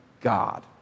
God